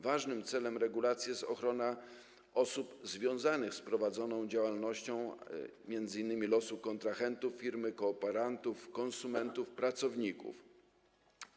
Ważnym celem regulacji jest ochrona osób związanych z prowadzoną działalnością, m.in. ochrona losu kontrahentów, kooperantów, konsumentów i pracowników firmy.